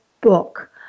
book